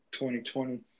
2020